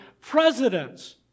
presidents